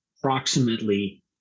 approximately